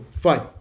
fine